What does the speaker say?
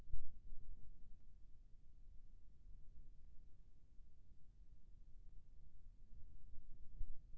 फसल ला बजार ले जाए बार ओकर सबले बढ़िया गुण कैसे बना पाबो ताकि फायदा जादा हो?